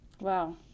Wow